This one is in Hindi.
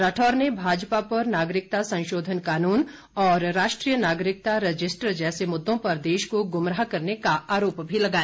राठौर ने भाजपा पर नागरिकता संशोधन कानून और राष्ट्रीय नागरिकता रजिस्टर जैसे मुद्दों पर देश को गुमराह करने का आरोप भी लगाया